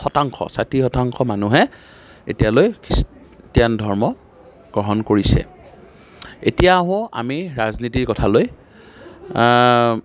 শতাংশ ষাঠি শতাংশ মানুহে এতিয়ালৈ খ্ৰীষ্টিয়ান ধৰ্ম গ্ৰহণ কৰিছে এতিয়া আহোঁ আমি ৰাজনীতিৰ কথালৈ